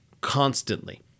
constantly